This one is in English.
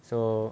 so